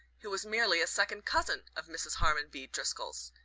who was merely a second cousin of mrs. harmon b. driscoll's.